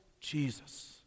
Jesus